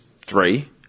three